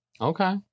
Okay